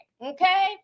okay